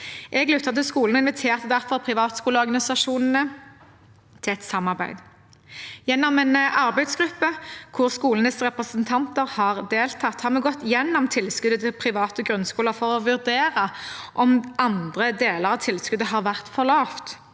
Jeg lyttet til skolene og inviterte derfor privatskoleorganisasjonene til et samarbeid. Gjennom en arbeidsgruppe hvor skolenes representanter har deltatt, har vi gått gjennom tilskuddet til private grunnskoler for å vurdere om andre deler av tilskuddet har vært for lavt.